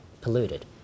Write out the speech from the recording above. polluted